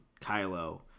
Kylo